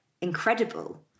incredible